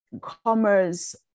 commerce